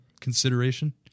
consideration